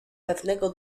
pewnego